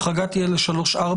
החרגה תהיה ל-3(4).